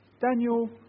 Daniel